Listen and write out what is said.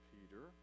Peter